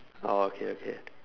oh okay okay